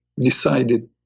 decided